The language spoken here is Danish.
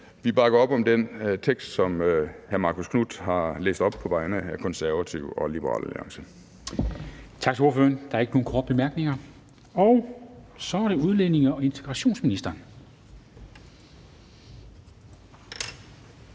vi bakker op om den tekst, som hr. Marcus Knuth har læst op på vegne af Konservative og Liberal Alliance. Kl. 14:39 Formanden (Henrik Dam Kristensen): Tak til ordføreren. Der er ikke nogen korte bemærkninger. Og så er det udlændinge- og integrationsministeren.